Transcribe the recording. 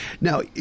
Now